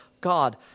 God